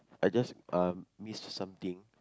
I just uh miss something